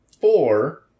four